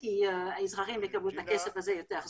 הוא הציג הערכה מתחילת 2013,